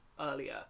earlier